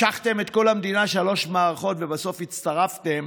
משכתם את כל המדינה שלוש מערכות ובסוף הצטרפתם